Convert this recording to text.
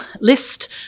list